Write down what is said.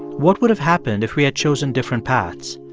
what would have happened if we had chosen different paths,